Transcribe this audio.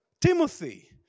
Timothy